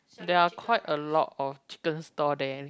there are quite a lot of chicken stall there